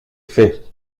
faits